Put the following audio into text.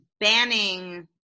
banning